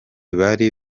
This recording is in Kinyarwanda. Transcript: bari